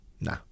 Nah